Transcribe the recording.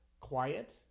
quiet